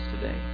today